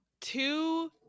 two